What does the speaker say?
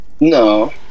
No